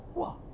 !wah!